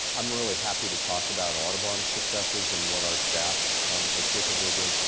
i'm really happy to talk about audubon's successes and what our staff is capable of doing.